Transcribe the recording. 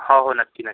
हो हो नक्की नक्की